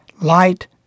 Light